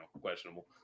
questionable